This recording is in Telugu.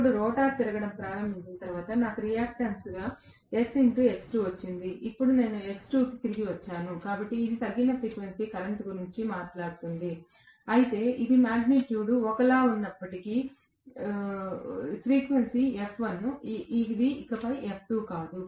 ఇప్పుడు రోటర్ తిరగడం ప్రారంభించిన తరువాత నాకు రియాక్టన్స్ గా sX2 వచ్చింది ఇప్పుడు నేను X2 కి తిరిగి వచ్చాను కాబట్టి ఇది తగ్గిన ఫ్రీక్వెన్సీ కరెంట్ గురించి మాట్లాడుతుంది అయితే ఇది మాగ్నిట్యూడ్ ఒకేలా ఉన్నప్పటికీ ఫ్రీక్వెన్సీ f1 ఇది ఇకపై f2 కాదు